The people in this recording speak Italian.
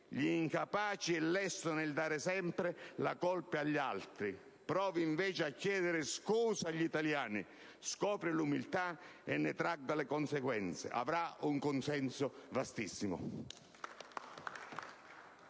gli incapaci, è lesto nel dare sempre la colpa agli altri. Provi invece a chiedere scusa agli italiani. Scopra l'umiltà e ne tragga le conseguenze. Avrà un consenso vastissimo.